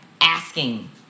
asking